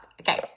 Okay